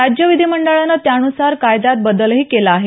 राज्य विधिमंडळानं त्यानुसार कायद्यात बदलही केला आहे